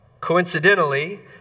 Coincidentally